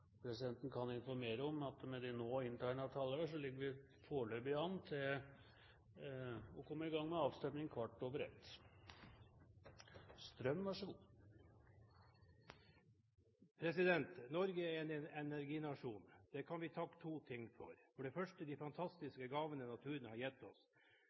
Presidenten kan informere om at med de nå inntegnede talere ligger vi – foreløpig – an til å komme i gang med avstemning kl. 01.15. Norge er en energinasjon. Det kan vi takke to ting for: for det første de fantastiske gavene naturen har gitt oss,